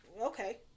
okay